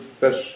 best